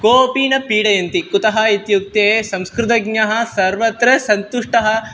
कोपि न पीडयन्ति कुतः इत्युक्ते संस्कृतज्ञः सर्वत्र सन्तुष्टः